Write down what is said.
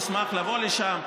ונשמח לבוא לשם,